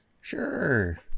Sure